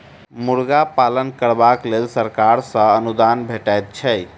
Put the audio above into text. मुर्गा पालन करबाक लेल सरकार सॅ अनुदान भेटैत छै